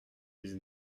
dix